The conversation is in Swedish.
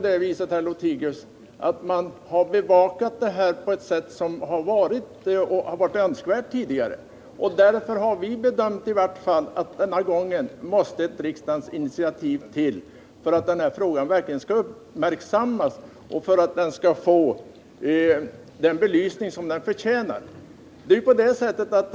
Dessa frågor har inte tidigare diskuterats i önskvärd utsträckning. Därför har vi bedömt det så att denna gång måste riksdagen ta initiativ för att frågan verkligen skall uppmärksammas och få den belysning den förtjänar.